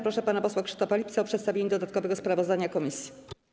Proszę pana posła Krzysztofa Lipca o przedstawienie dodatkowego sprawozdania komisji.